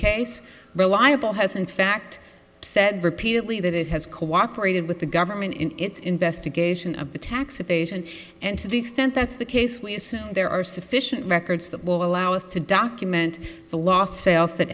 case reliable has in fact said repeatedly that it has cooperated with the government in its investigation of the tax evasion and to the extent that's the case we assume there are sufficient records that will allow us to document the lost sales that